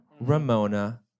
Ramona